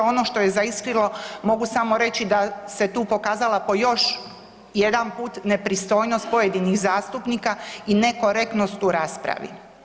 Ono što je zaiskrilo mogu samo reći da se tu pokazala po još jedan put nepristojnost pojedinih zastupnika i nekorektnost u raspravi.